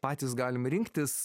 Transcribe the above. patys galim rinktis